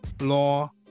law